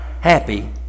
happy